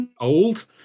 Old